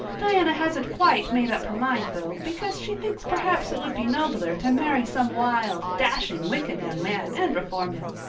diana hasn't quite made up her mind though, because she thinks perhaps it would be nobler to marry some wild, dashing, wicked young man and reform him.